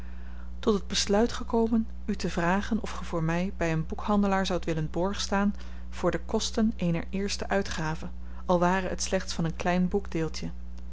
tot het besluit gekomen u te vragen of ge voor my by een boekhandelaar zoudt willen borg staan voor de kosten eener eerste uitgave al ware het slechts van een klein